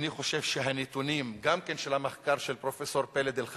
אני חושב שגם הנתונים של המחקר של פרופסור פלד-אלחנן